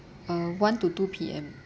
uh one to two P_M